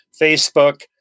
Facebook